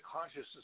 consciousness